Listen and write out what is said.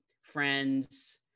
friends